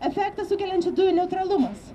efektą sukeliančių dujų neutralumas